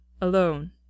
Alone